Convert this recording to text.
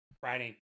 Friday